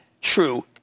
True